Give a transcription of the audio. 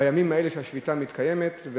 בימים שבהם השביתה מתקיימת,